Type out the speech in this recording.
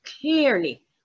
clearly